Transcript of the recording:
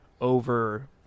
over